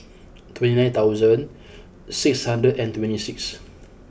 twenty nine thousand six hundred and twenty six